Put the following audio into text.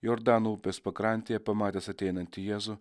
jordano upės pakrantėje pamatęs ateinantį jėzų